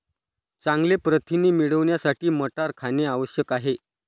चांगले प्रथिने मिळवण्यासाठी मटार खाणे आवश्यक आहे